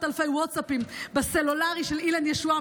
אלפי ווטסאפים בסלולרי של אילן ישועה,